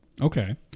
okay